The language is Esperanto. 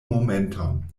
momenton